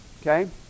Okay